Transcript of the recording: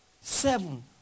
Seven